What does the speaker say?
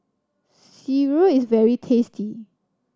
sireh is very tasty